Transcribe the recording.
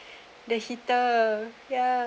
the heater ya